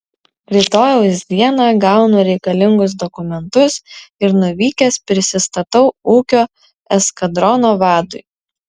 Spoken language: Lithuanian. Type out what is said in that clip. rytojaus dieną gaunu reikalingus dokumentus ir nuvykęs prisistatau ūkio eskadrono vadui